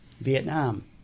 Vietnam